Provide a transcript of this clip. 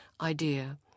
idea